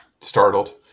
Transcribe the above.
Startled